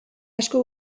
asko